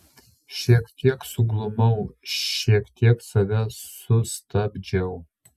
šiek tiek suglumau šiek tiek save sustabdžiau